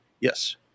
yes